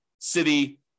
city